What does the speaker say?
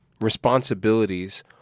responsibilities